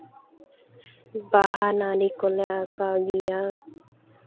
ᱵᱟᱦᱟ ᱱᱟᱹᱲᱤ ᱠᱚᱞᱮ ᱟᱸᱠᱟᱣ ᱜᱮᱭᱟ